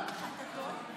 הלוואי